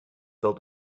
built